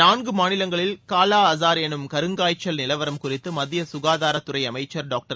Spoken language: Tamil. நான்கு மாநிலங்களில் காலா அசார் எனும் கருங்காய்ச்சல் நிலவரம் குறித்து மத்திய சுகாதாரத் துறை அமைச்சர் டாக்டர்